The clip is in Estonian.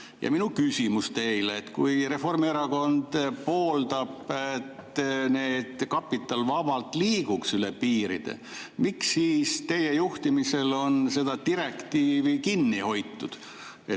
Minu küsimus teile: kui Reformierakond pooldab, et kapital liiguks vabalt üle piiride, miks siis teie juhtimisel on seda direktiivi kinni hoitud?